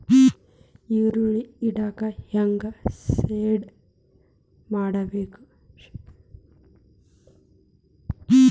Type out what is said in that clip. ಈರುಳ್ಳಿ ಇಡಾಕ ಹ್ಯಾಂಗ ಶೆಡ್ ಮಾಡಬೇಕ್ರೇ?